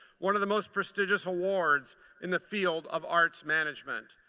one of the most prestigious awards in the field of arts management.